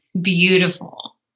beautiful